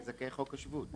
זה לזכאי חוק השבות.